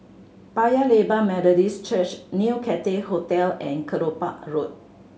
Paya Lebar Methodist Church New Cathay Hotel and Kelopak Road